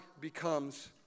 becomes